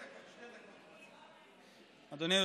אדוני.